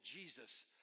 Jesus